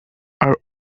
are